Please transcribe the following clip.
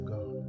God